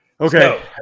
Okay